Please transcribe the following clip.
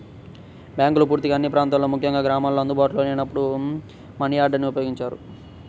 బ్యాంకులు పూర్తిగా అన్ని ప్రాంతాల్లో ముఖ్యంగా గ్రామాల్లో అందుబాటులో లేనప్పుడు మనియార్డర్ని ఉపయోగించారు